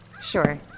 Sure